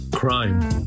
Crime